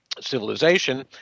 civilization